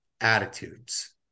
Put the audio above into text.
attitudes